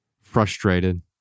frustrated